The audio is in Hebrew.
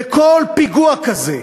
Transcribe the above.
וכל פיגוע כזה,